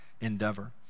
endeavor